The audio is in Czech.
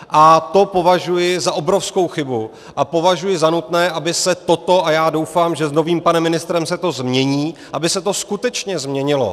A to považuji za obrovskou chybu a považuji za nutné, aby se toto a já doufám, že s novým panem ministrem se to změní aby se to skutečně změnilo.